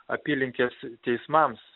apylinkės teismams